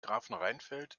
grafenrheinfeld